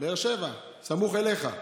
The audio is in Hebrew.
באר שבע, סמוך אליך.